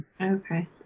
Okay